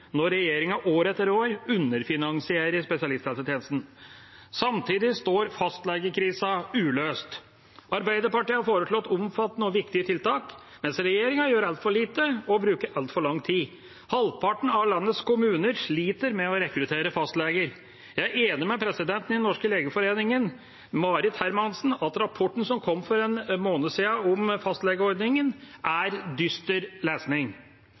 når regjeringa år etter år underfinansierer spesialisthelsetjenesten. Samtidig står fastlegekrisa uløst. Arbeiderpartiet har foreslått omfattende og viktige tiltak, mens regjeringa gjør altfor lite – og bruker altfor lang tid. Halvparten av landets kommuner sliter med å rekruttere fastleger. Jeg er enig med presidenten i Den norske legeforening, Marit Hermansen, i at rapporten som kom for en måned siden om fastlegeordningen, er dyster lesning.